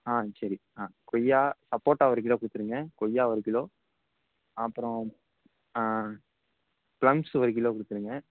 ஆ சரி ஆ கொய்யா சப்போட்டா ஒரு கிலோ கொடுத்துருங்க கொய்யா ஒரு கிலோ அப்புறம் ப்ளம்ஸ் ஒரு கிலோ கொடுத்துருங்க